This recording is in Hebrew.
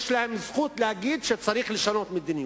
יש להם זכות להגיד שצריך לשנות את המדיניות.